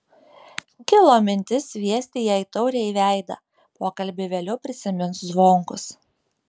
kilo mintis sviesti jai taurę į veidą pokalbį vėliau prisimins zvonkus